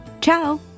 Ciao